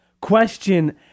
question